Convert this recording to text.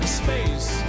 space